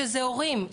שזה הורים,